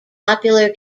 popular